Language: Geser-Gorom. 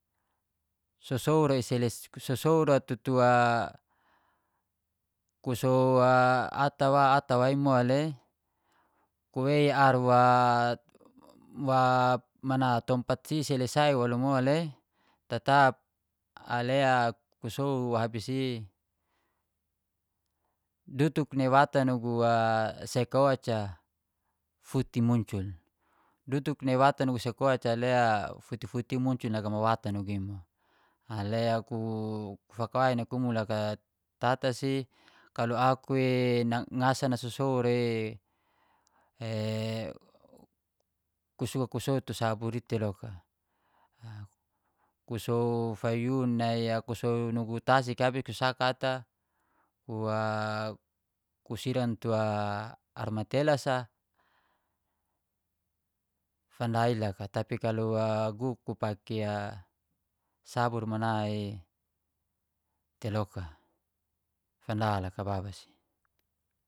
"So sow ra ku sosow tutu a, ku sow ata wa ata wa imo le kuwei ar wa wa man tompat si selesai walu mo le tatap ale a kusow habis i dutuk nai watan nugu a sek oca futi muncul. Dutuk nai watan nugu sek oca lea futi-futi i muncul namai watan nugu imo. Ale ku fakawai nai kumu loka ira, tata si kalau aku e ngasan sosow re ku suka ku sow tura sabur i tei loka. Ku sow fayun nai a kusow nugu tasik a abis kusaka ata ku siran tua ar matelas a fanda iloka tapi kalau guk kupea sabur mana itei loka. Fanda loka baba si"